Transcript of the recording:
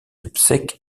obsèques